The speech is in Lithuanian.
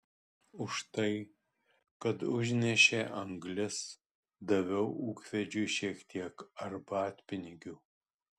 už tai kad užnešė anglis daviau ūkvedžiui šiek tiek arbatpinigių